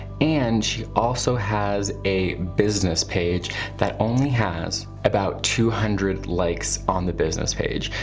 and she also has a business page that only has about two hundred likes on the business page.